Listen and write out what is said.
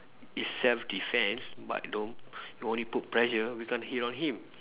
it's self defense but don't don't put pressure we can't hit on him